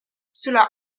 cela